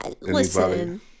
listen